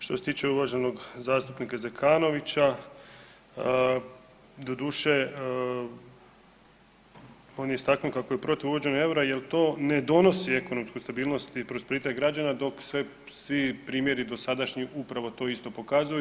Što se tiče uvaženog zastupnika Zekanovića, doduše on je istaknuo kako je protiv uvođenja EUR-a jel to ne donosi ekonomskoj stabilnosti i prosperitet građana dok sve, svi primjeri dosadašnji upravo to isto pokazuju.